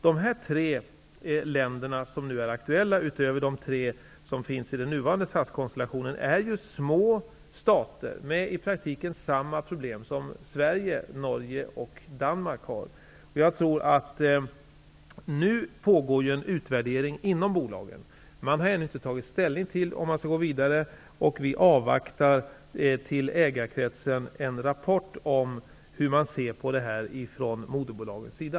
De tre länder som nu är aktuella utöver de tre som ingår i den nuvarande SAS konstellationen är små stater. De har i praktiken samma problem som Sverige, Norge och Danmark. Nu pågår en utvärdering inom bolagen. Man har ännu inte tagit ställning till om man skall gå vidare, vi avvaktar en rapport till ägarkretsen om hur man ser på detta från moderboalgens sida.